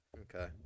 Okay